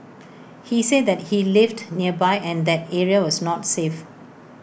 he said that he lived nearby and that area was not safe